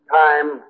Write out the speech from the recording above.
time